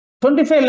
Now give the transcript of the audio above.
25